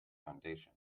foundation